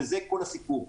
וזה כול הסיפור.